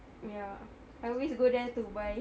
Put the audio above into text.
ya I always go there to buy